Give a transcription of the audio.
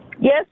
Yes